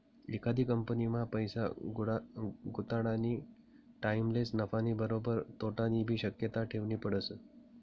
एखादी कंपनीमा पैसा गुताडानी टाईमलेच नफानी बरोबर तोटानीबी शक्यता ठेवनी पडस